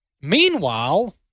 Meanwhile